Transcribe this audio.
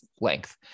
length